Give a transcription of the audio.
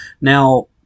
Now